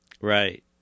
Right